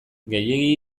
gehiegi